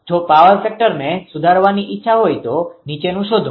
જો પાવર ફેક્ટરને સુધારવાની ઇચ્છા હોય તો નીચેનુ શોધો